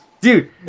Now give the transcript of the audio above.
dude